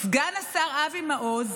סגן השר אבי מעוז